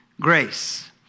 Grace